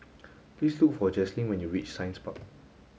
please look for Jaslene when you reach Science Park